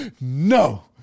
no